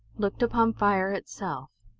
looked upon fire itself.